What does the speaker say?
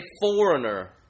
foreigner